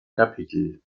kapitel